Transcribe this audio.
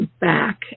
back